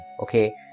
Okay